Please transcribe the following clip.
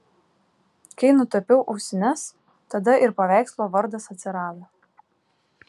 kai nutapiau ausines tada ir paveikslo vardas atsirado